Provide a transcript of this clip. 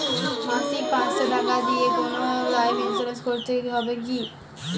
মাসিক পাঁচশো টাকা দিয়ে কোনো লাইফ ইন্সুরেন্স হবে কি?